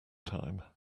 time